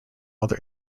other